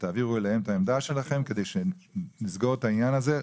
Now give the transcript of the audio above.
שתעבירו אליהם את העמדה שלכם כדי שנסגור את העניין הזה,